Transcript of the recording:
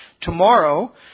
tomorrow